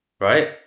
right